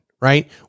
Right